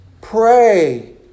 Pray